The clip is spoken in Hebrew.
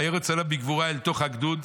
וירץ אליו בגבורה אל תוך הגדוד,